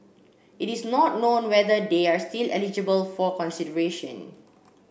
it is not known whether they are still eligible for consideration